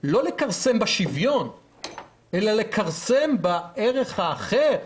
לא לכרסם בשוויון אלא לכרסם בערך האחר,